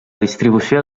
distribució